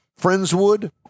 Friendswood